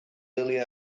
early